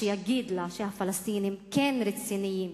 שיגיד לה שהפלסטינים כן רציניים